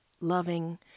loving